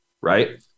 right